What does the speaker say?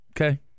Okay